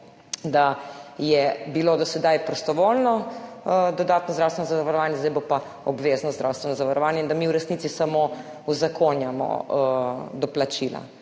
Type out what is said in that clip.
da je bilo do sedaj prostovoljno dodatno zdravstveno zavarovanje, zdaj bo pa obvezno zdravstveno zavarovanje in da mi v resnici samo uzakonjamo doplačila.